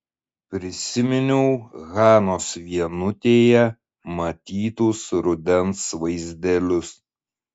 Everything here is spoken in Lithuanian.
prisiminiau hanos vienutėje matytus rudens vaizdelius